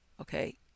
okay